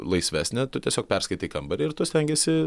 laisvesnė tu tiesiog perskaitai kambarį ir tu stengiesi